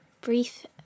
brief